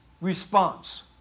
response